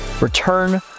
return